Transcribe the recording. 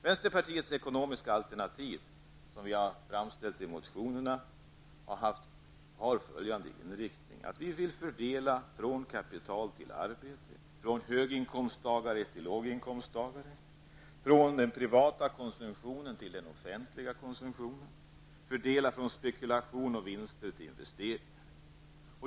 Vänsterpartiets ekonomiska alternativ såsom vi har framställt det i motionerna har följande inriktning: Vi vill fördela från kapital till arbete, från höginkomsttagare till låginkomsttagare, från den privata konsumtionen till den offentliga konsumtionen och från spekulation och vinster till investeringar.